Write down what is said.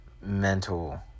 mental